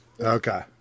Okay